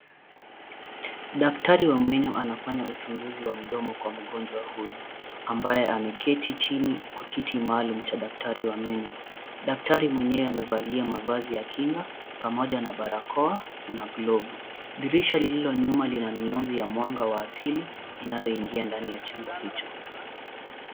Daktari wa meno anafanya uchunguzi wa mdomo kwa mgonjwa huyu ambaye ameketi chini kwa kiti maalum cha daktari wa meno. Daktari mwenyewe amevalia mavazi ya kinga pamoja na barakoa na glovu. Dirisha lililo nyuma lina mionzi ya mwanga wa asili inayoingiza ndani ya chumba hicho.